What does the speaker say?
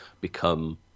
become